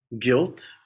guilt